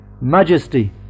majesty